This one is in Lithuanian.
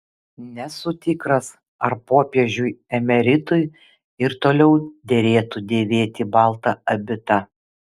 nesu tikras ar popiežiui emeritui ir toliau derėtų dėvėti baltą abitą